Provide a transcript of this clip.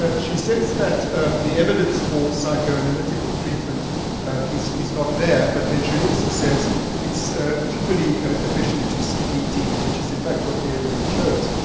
ah she says that the evidence for psychoanalytical treatment is is not there, but then she also says it's equally efficient to cbt, which is in fact what the evidence shows,